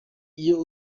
iyo